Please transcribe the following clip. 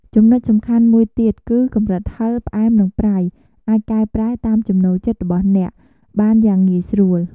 ចំណុចសំខាន់មួយទៀតគឺ កម្រិតហឹរ ផ្អែម និងប្រៃ អាចកែប្រែតាមចំណូលចិត្តរបស់អ្នកបានយ៉ាងងាយស្រួល។